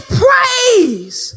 praise